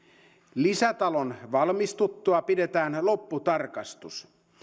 lisätalon valmistuttua pidetään lopputarkastus